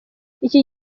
iki